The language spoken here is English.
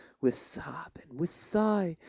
with sob and with sigh,